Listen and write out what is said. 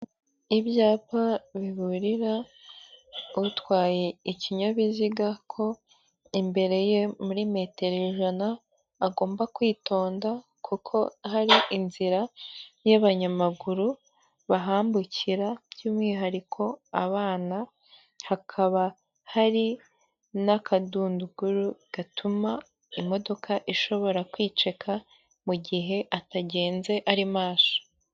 Ibyapa biburira utwaye ikinyabiziga ko imbere ye muri metero ijana agomba kwitonda kuko hari inzira y'abanyamaguru bahambukira by'umwihariko abana, hakaba hari n'akadunduguru gatuma imodoka ishobora kwiceka mu gihe atagenze ari maso.